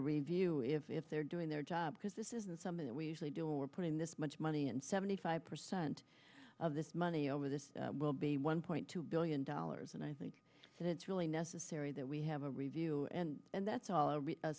a review if they're doing their job because this isn't something that we usually do we're putting this much money in seventy five percent of this money over this will be one point two billion dollars and i think that it's really necessary that we have a review and that's all